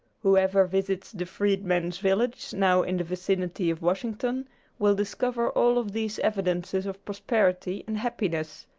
whoever visits the freedmen's village now in the vicinity of washington will discover all of these evidences of prosperity and happiness.